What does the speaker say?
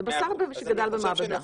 זה בשר שגודל במעבדה.